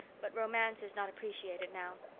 but romance is not appreciated now.